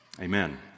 amen